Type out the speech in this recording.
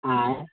आँय